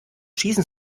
schießen